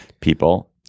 people